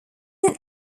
more